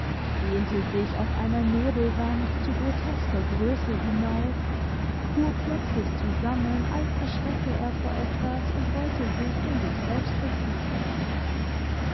dehnte sich auf einer nebelwand zu grotesker grosse hinauf fuhr plötzlich zusammen als erschrecke er vor etwas und wollte sich in sich selbst verkriechen